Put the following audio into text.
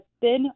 thin